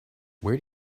where